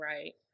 Right